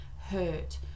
hurt